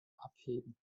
abheben